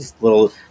little